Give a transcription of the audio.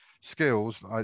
Skills